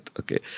Okay